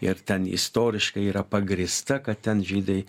ir ten istoriškai yra pagrįsta kad ten žydai